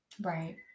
right